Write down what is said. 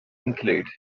include